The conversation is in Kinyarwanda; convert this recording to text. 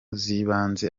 z’ibanze